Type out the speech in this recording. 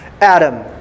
Adam